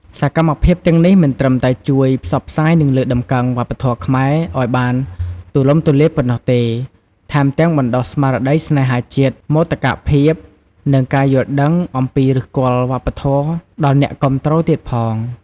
សកម្មភាពទាំងនេះមិនត្រឹមតែជួយ ផ្សព្វផ្សាយនិងលើកតម្កើងវប្បធម៌ខ្មែរ ឱ្យបានទូលំទូលាយប៉ុណ្ណោះទេ ថែមទាំង បណ្ដុះស្មារតីស្នេហាជាតិ មោទកភាព និងការយល់ដឹងអំពីឫសគល់វប្បធម៌ ដល់អ្នកគាំទ្រទៀតផង។